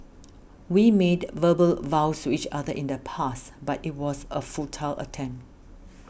we made verbal vows to each other in the past but it was a futile attempt